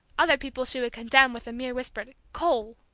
other people she would condemn with a mere whispered coal!